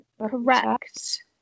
correct